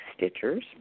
Stitchers